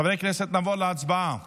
חברי הכנסת, נעבור להצבעה